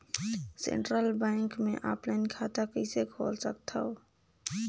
Central bank मे offline खाता कइसे खोल सकथव?